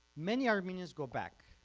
many armenians go back,